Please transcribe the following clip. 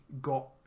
got